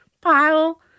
pile